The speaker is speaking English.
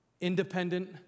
independent